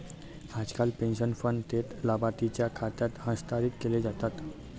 आजकाल pension fund थेट लाभार्थीच्या खात्यात हस्तांतरित केले जातात